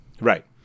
Right